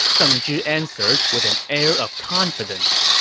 deng zhi answered with an air of confidence,